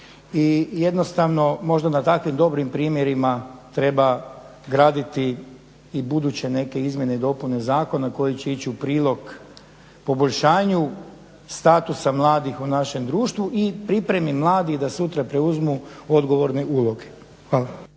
i jednostavno možda na takvim dobrim primjerima treba graditi i buduće neke izmjene i dopune zakona koje će ići u prilog poboljšanju statusa mladih u našem društvu i pripremi mladih da sutra preuzmu odgovorne uloge. Hvala.